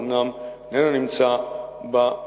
הוא אומנם איננו נמצא במליאה,